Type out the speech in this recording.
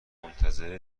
منتظر